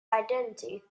identity